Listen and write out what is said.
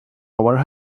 our